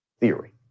Theory